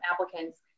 applicants